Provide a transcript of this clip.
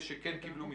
השנייה.